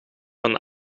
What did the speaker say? van